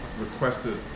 requested